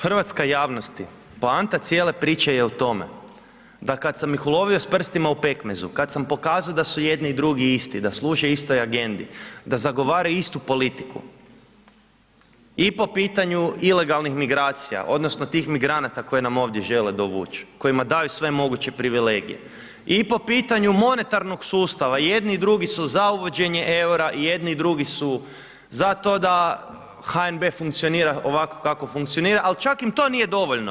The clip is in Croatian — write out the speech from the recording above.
Hrvatska javnosti, poanta cijele priče je u tome da kad sam ih ulovio s prstima u pekmezu, kad sam pokazao da su jedni i drugi isti, da služe istoj agendi, da zagovaraju istu politiku, i po pitanju ilegalnih migracija odnosno tih migranata koje nam ovdje žele dovući, kojima daju sve moguće privilegije, i po pitanju monetarnog sustava, jedni i drugi su za uvođenje EUR-a, jedni i drugi su za to da HNB funkcionira ovako kako funkcionira, al' čak im to nije dovoljno.